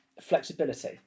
flexibility